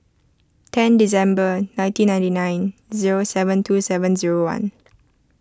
ten December nineteen ninety nine zero seven two seven zero one